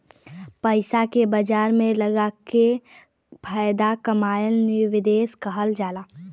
पइसा के बाजार में लगाके फायदा कमाएल निवेश कहल जाला